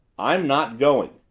i'm not going.